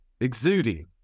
Exuding